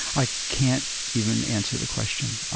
i can't even answer the question.